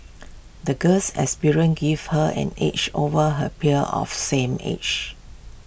the girl's experiences gave her an edge over her peers of same age